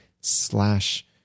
slash